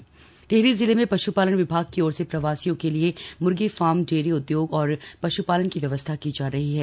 पश्पालन विभाग टिहरी टिहरी जिले में पश्पालन विभाग की ओर से प्रवासियों के लिए मुर्गी फार्म डेयरी उद्योग और पश्पालन की व्यवस्था की जा रही है